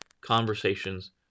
conversations